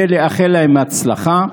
ולאחל להם הצלחה,